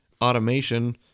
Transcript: automation